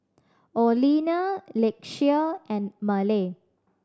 Orlena Lakeisha and Maleah